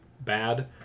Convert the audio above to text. bad